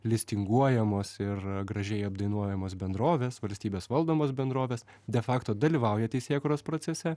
listinguojamos ir gražiai apdainuojamos bendrovės valstybės valdomos bendrovės dėl fakto dalyvauja teisėkūros procese